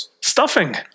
stuffing